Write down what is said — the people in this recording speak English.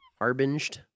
Harbinged